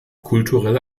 kulturelle